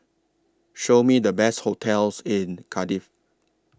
Show Me The Best hotels in Cardiff